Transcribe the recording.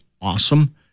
awesome